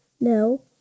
no